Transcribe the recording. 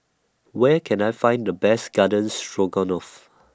Where Can I Find The Best Garden Stroganoff